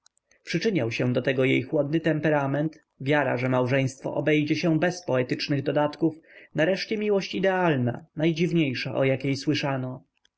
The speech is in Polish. przyczyniał się do tego jej chłodny temperament wiara że małżeństwo obejdzie się bez poetycznych dodatków nareszcie miłość idealna najdziwniejsza o jakiej słyszano